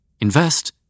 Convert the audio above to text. Invest